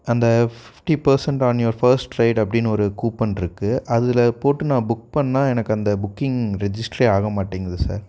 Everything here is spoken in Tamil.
அந்த fifty percent on your first ride அப்படின் ஒரு கூப்பன்ருக்கு அதில் போட்டு நான் புக் பண்ணால் எனக்கு அந்த புக்கிங் ரெஜிஸ்ட்ரே ஆக மாட்டேங்கிது சார்